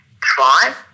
try